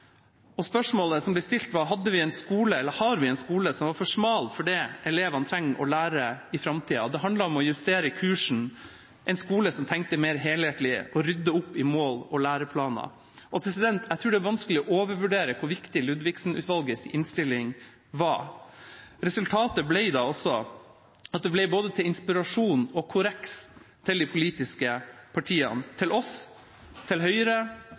Spørsmålet som ble stilt, var: Har vi en skole som er for smal for det elevene trenger å lære i framtida? Det handlet om å justere kursen – en skole som tenkte mer helhetlig på å rydde opp i mål og læreplaner. Jeg tror det er vanskelig å overvurdere hvor viktig Ludvigsen-utvalgets innstilling var. Resultatet ble da også til både inspirasjon og korreks til de politiske partiene: til oss, til Høyre